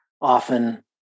often